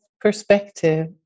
perspective